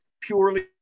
purely